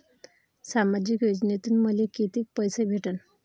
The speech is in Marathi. सामाजिक योजनेतून मले कितीक पैसे भेटन?